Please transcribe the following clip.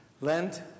Lent